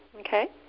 Okay